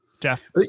Jeff